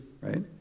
right